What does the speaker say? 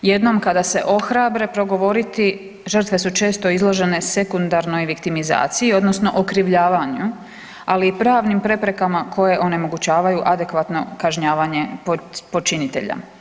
Jednom kada se ohrabre progovoriti žrtve su često izložene sekundarnoj viktimizaciji odnosno okrivljavanju, ali i pravnim preprekama koje onemogućavaju adekvatno kažnjavanje počinitelja.